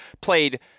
played